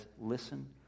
listen